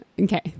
okay